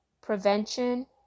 prevention